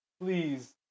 Please